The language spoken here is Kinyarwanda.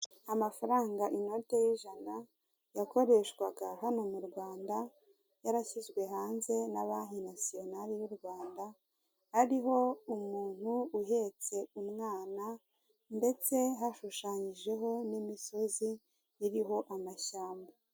Amafaranga inoto y'ijana, yakoreshwaga hano mu Rwanda, yarashyizwe hanze na banki nasiyonari y'u Rwanda, ariho umuntu uhetse umwana, ndetse hashushanyijeho n'imisozi iriho amashyamba.